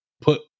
put